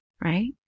right